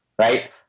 right